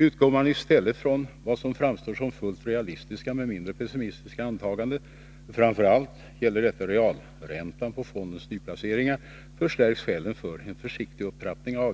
Utgår man i stället från vad som framstår som fullt realistiska men mindre pessimistiska antaganden — framför allt gäller detta realräntan på fondens nyplaceringar — förstärks skälen för en försiktigare upptrappning av